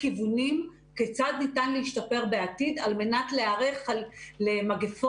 כיוונים כיצד ניתן להשתפר בעתיד על מנת להיערך למגפות,